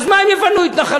אז מה אם יפנו התנחלויות?